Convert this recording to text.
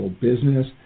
business